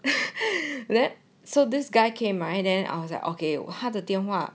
then so this guy came I then I was like okay 他的电话